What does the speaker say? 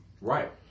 Right